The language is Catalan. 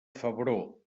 febró